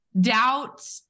doubt